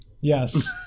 Yes